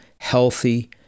healthy